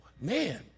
man